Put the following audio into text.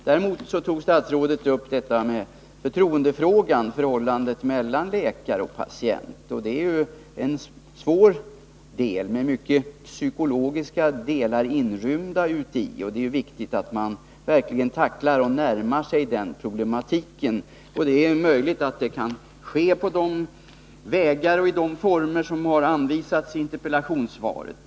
Däremot tog statsrådet upp förtroendefrågan — dvs. förhållandet mellan läkare och patient. Det är ju ett svårt område, som rymmer många psykologiska delar. Det är viktigt att man verkligen tacklar det problemet. Det är möjligt att det kan ske på de vägar och i de former som har anvisats i interpellationssvaret.